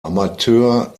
amateur